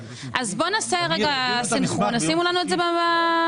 בואו נעשה סנכרון, ושימו לנו את זה בטאבלט.